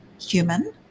human